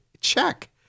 check